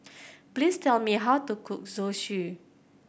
please tell me how to cook Zosui